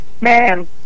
man